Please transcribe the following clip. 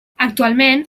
actualment